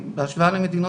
את צעירה מדי,